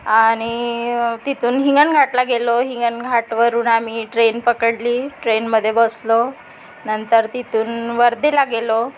आणि तिथून हिंगणघाटला गेलो हिंगणघाटवरून आम्ही ट्रेन पकडली ट्रेनमध्ये बसलो नंतर तिथून वर्ध्याला गेलो